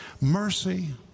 mercy